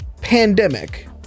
pandemic